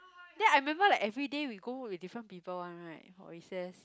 that I remember like everyday we go with different people one right recess